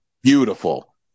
Beautiful